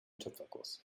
töpferkurs